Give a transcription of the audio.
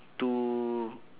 two